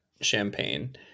champagne